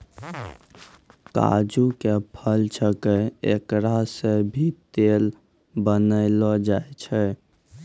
काजू के फल छैके एकरा सॅ भी तेल बनैलो जाय छै